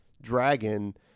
dragon